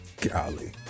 Golly